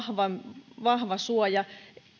ilmastonmuutoksen torjunnalle vahva suoja